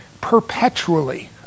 perpetually